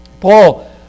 Paul